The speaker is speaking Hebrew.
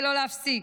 ולא להפסיק,